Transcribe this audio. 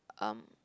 um